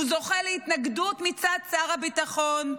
הוא זוכה להתנגדות מצד שר הביטחון.